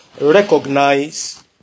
recognize